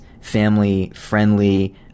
family-friendly